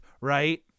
Right